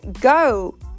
go